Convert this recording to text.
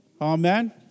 Amen